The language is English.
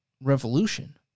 revolution